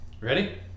Ready